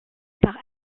par